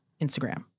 instagram